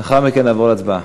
לאחר מכן נעבור להצבעה.